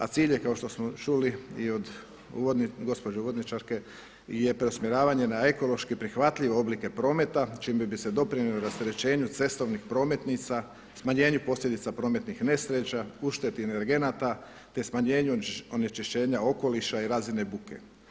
A cilj je kao što smo čuli i od gospođe uvodničarke je preusmjeravanje na ekološki prihvatljive oblike prometa čime bi se doprinijelo rasterećenju cestovnih prometnica, smanjenju posljedica prometnih nesreća, uštedi energenata te smanjenju onečišćenja okoliša i razine buke.